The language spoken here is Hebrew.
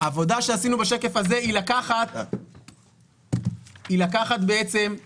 העבודה שעשינו בשקף הזה היא לקחת את